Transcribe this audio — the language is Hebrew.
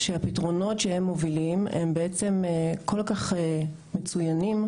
שהפתרונות שהם מובילים הם כל כך מצוינים,